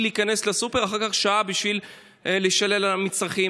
להיכנס לסופר ואחר כך עוד שעה בשביל לשלם את המצרכים.